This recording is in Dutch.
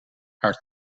haar